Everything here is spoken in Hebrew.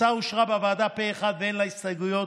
ההצעה אושרה בוועדה פה אחד ואין לה הסתייגויות,